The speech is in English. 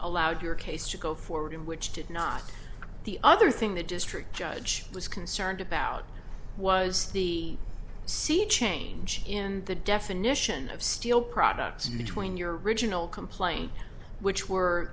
allowed your case to go forward and which did not the other thing that district judge was concerned about was the sea change in the definition of steel products between your original complaint which were